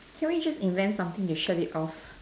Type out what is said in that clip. can we just invent something to shut it off